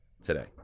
today